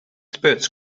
experts